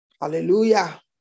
Hallelujah